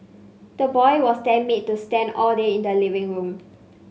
the boy was then made to stand all day in the living room